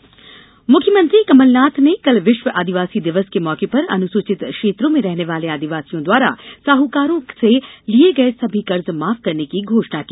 आदिवासी दिवस मुख्यमंत्री कमलनाथ ने कल विश्व आदिवासी दिवस के मौके पर अनुसूचित क्षेत्रों में रहने वाले आदिवासियों द्वारा साहूकारों से लिये गये सभी कर्ज माफ करने की घोषणा की